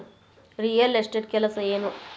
real estate ಕೆಲಸ ಏನು